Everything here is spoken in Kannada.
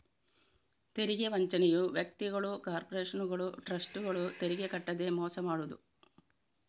ತೆರಿಗೆ ವಂಚನೆಯು ವ್ಯಕ್ತಿಗಳು, ಕಾರ್ಪೊರೇಷನುಗಳು, ಟ್ರಸ್ಟ್ಗಳು ತೆರಿಗೆ ಕಟ್ಟದೇ ಮೋಸ ಮಾಡುದು